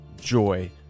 joy